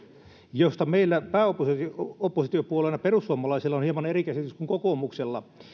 josta meillä pääoppositiopuolueella perussuomalaisilla on hieman eri käsitys kuin kokoomuksella